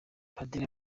padiri